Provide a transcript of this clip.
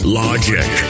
logic